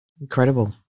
Incredible